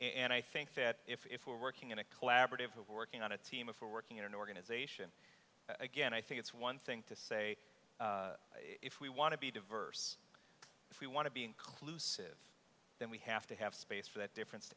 and i think that if we're working in a collaborative working on a team of four working in an organization again i think it's one thing to say if we want to be diverse if we want to be inclusive then we have to have space for that difference